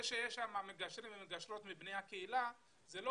זה שיש שם מגשרים ומגשרות מבני הקהילה זה לא